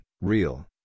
Real